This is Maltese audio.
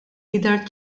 jidher